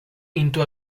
into